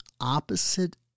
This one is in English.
opposite